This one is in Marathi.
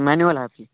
मॅन्युअल आहे आमची